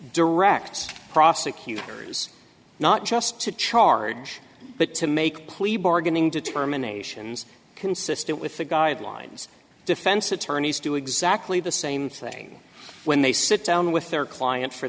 directs prosecutors not just to charge but to make plea bargaining determinations consistent with the guidelines defense attorneys do exactly the same thing when they sit down with their client for